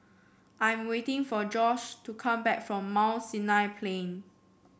I'm waiting for Josh to come back from Mount Sinai Plain